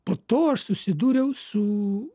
po to aš susidūriau su